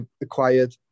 acquired